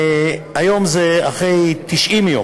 היום זה אחרי 90 יום.